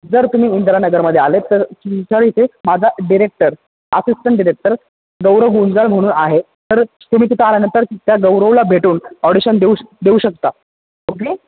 जर तुम्ही इंदिरानगरमध्ये आले तर तुमचा इथे माझा director assistant director Gaurav Gunjal म्हणून आहे तर तुम्ही तिथं आल्यानंतर त्या गौरवला भेटून ऑडिशन देऊ श देऊ शकता ओके